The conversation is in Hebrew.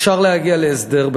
אפשר להגיע להסדר.